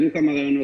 עלו כמה רעיונות.